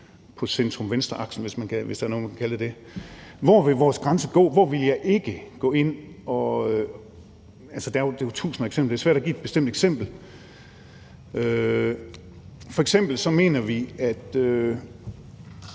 på centrum-venstre-aksen, hvis man kan kalde det det. Hvor vores grænse vil gå, og hvor jeg ikke vil gå ind at regulere, er der jo tusinder af eksempler på. Det er svært at give et bestemt eksempel, men f.eks. mener vi, at